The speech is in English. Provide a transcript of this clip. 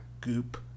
goop